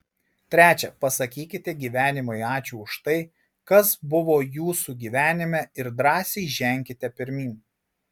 trečia pasakykite gyvenimui ačiū už tai kas buvo jūsų gyvenime ir drąsiai ženkite pirmyn